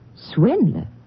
Swindler